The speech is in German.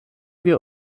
wir